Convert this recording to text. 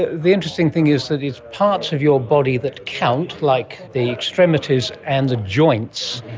the the interesting thing is that it's parts of your body that account, like the extremities and the joints,